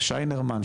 שיינרמן,